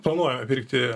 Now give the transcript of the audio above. planuoja pirkti